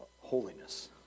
holiness